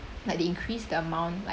like they increase the amount like